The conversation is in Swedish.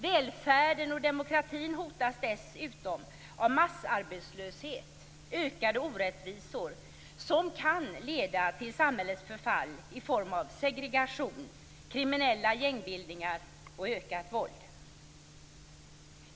Välfärden och demokratin hotas dessutom av massarbetslöshet och ökade orättvisor, som kan leda till samhällets förfall i form av segregation, kriminella gängbildningar och ökat våld.